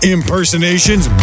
Impersonations